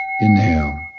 Inhale